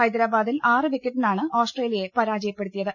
ഹൈദരാബാദിൽ പ്രവിക്കറ്റിനാണ് ഓസ്ട്രേലിയയെ പരാജയപ്പെടുത്തിയത്